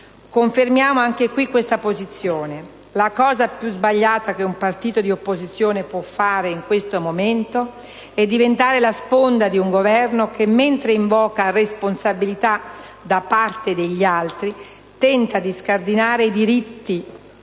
Confermiamo anche qui questa posizione. La cosa più sbagliata che un partito di opposizione può fare in questo momento è diventare la sponda di un Governo che mentre invoca responsabilità da parte degli altri, tenta di scardinare i diritti di